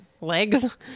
Legs